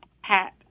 HAT